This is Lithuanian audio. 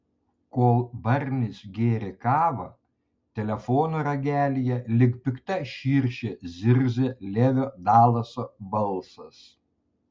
kol barnis gėrė kavą telefono ragelyje lyg pikta širšė zirzė levio dalaso balsas